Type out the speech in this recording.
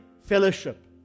fellowship